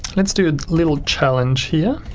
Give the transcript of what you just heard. let's do a little challenge here.